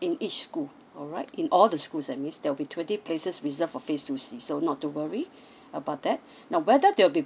in each school alright in all the schools that means there'll be twenty places reserved for phase two C so not to worry about that now whether there will be